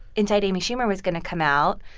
inside amy schumer was going to come out.